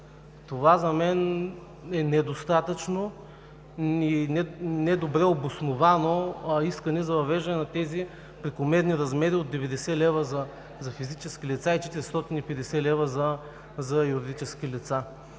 Това за мен е недостатъчно и не добре обосновано искане за въвеждане на прекомерните размери от 90 лева за физически лица и 450 лева за юридически лица.